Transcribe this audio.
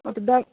ओ तऽ दऽ